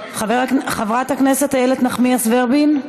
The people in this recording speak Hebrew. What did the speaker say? חברת הכנסת איילת נחמיאס ורבין,